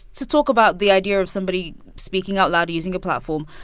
to talk about the idea of somebody speaking out loud, using a platform,